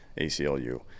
ACLU